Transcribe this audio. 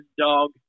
dog